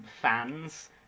fans